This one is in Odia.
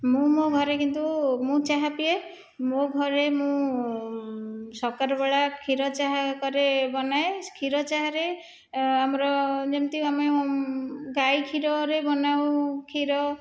ମୁଁ ମୋ ଘରେ କିନ୍ତୁ ମୁଁ ଚାହା ପିଏ ମୋ ଘରେ ମୁଁ ସକାଳ ବେଳା କ୍ଷୀର ଚାହା କରେ ବନାଏ କ୍ଷୀର ଚାହାରେ ଆମର ଯେମିତି ଆମେ ଗାଈ କ୍ଷୀରରେ ବନାଉ କ୍ଷୀର